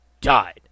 died